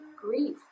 grief